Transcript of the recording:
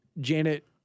Janet